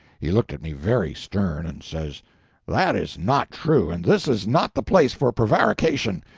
he looked at me very stern, and says that is not true and this is not the place for prevarication.